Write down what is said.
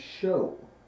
show